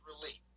relief